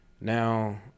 Now